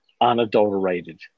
unadulterated